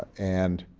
and